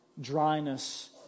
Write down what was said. dryness